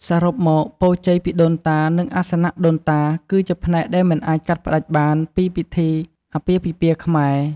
សរុបមក ពរជ័យពីដូនតា និង អាសនៈដូនតា គឺជាផ្នែកដែលមិនអាចកាត់ផ្តាច់បានពីពិធីអាពាហ៍ពិពាហ៍ខ្មែរ។